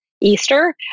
Easter